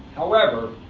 however,